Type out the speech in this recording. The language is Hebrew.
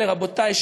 רבותי,